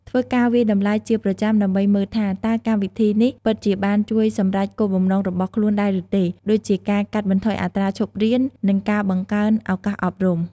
ធ្វើការវាយតម្លៃជាប្រចាំដើម្បីមើលថា តើកម្មវិធីនេះពិតជាបានជួយសម្រេចគោលបំណងរបស់ខ្លួនដែរឬទេ ដូចជាការកាត់បន្ថយអត្រាឈប់រៀន និងការបង្កើនឱកាសអប់រំ។